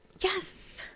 Yes